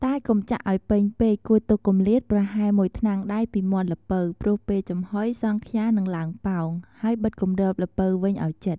តែកុំចាក់ឲ្យពេញពេក គួរទុកគម្លាតប្រហែល ១ ថ្នាំងដៃពីមាត់ល្ពៅ ព្រោះពេលចំហុយ សង់ខ្យានឹងឡើងប៉ោង ហើយបិទគម្របល្ពៅវិញឲ្យជិត។